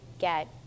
get